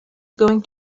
going